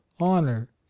honor